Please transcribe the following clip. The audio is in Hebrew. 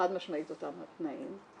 חד משמעית אותם תנאים,